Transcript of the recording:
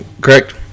Correct